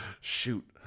Shoot